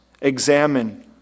Examine